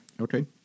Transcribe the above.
Okay